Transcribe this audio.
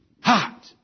Hot